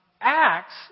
Acts